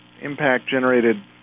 impact-generated